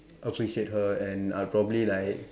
appreciate her and I'll probably like